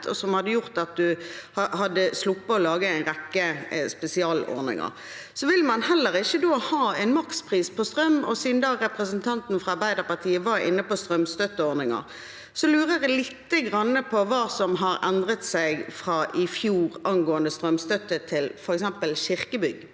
og som hadde gjort at en hadde sluppet å lage en rekke spesialordninger. Man vil heller ikke ha en makspris på strøm, og siden representanten fra Arbeiderpartiet var inne på strømstøtteordningen, lurer jeg lite grann på hva som har endret seg fra i fjor angående strømstøtte til f.eks. kirkebygg.